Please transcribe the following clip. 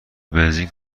بنزین